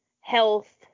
health